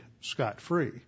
scot-free